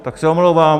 Tak se omlouvám.